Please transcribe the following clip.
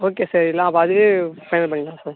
okay sir அப்போ அதுவே final பண்ணிக்கலாம் சார்